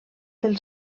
del